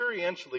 experientially